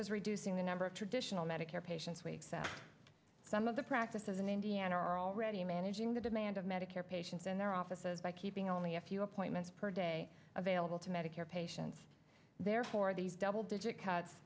as reducing the number of traditional medicare patients week so some of the practices in indiana are already managing the demand of medicare patients in their offices by keeping only a few appointments per day available to medicare patients therefore these double digit cuts